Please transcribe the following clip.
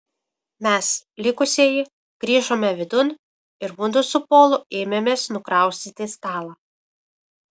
mes likusieji grįžome vidun ir mudu su polu ėmėmės nukraustyti stalą